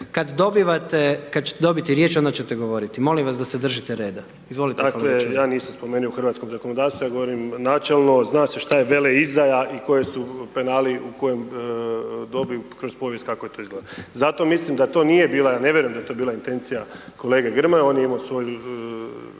reda. Izvolite …/Govornik se ne razumije./… **Čuraj, Stjepan (HNS)** Dakle, ja nisam spomenuo hrvatskog zakonodavstva, ja govorim načelno, zna se što je veleizdaja i koji su penali u kojoj dobi kroz povijest kako to izgleda. Zato mislim da to nije bila, ne vjerujem da je to bila intencija kolege Grmoje, on je imao svoj,